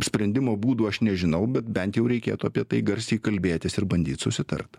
sprendimo būdų aš nežinau bet bent jau reikėtų apie tai garsiai kalbėtis ir bandyt susitart